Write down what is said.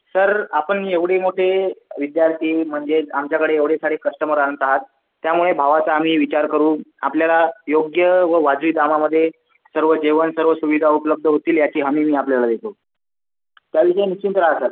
sir आपण एवढे मोठे विद्यार्थी म्हणजेच आमच्याकडे एवढे सारे कस्टमर आणता आहात त्यामुळे भावाचा आम्ही विचार करू आपल्याला योग्य व वाजवी दामामध्ये सर्व जेवण सर्व सुविधा उपलब्ध होतील ह्याची हमी मी आपल्याला देतो काही नाही निश्चिंत राहा सर